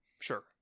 sure